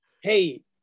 Hey